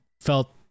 felt